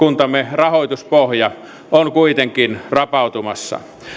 rahoituspohja on kuitenkin rapautumassa